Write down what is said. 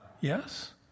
Yes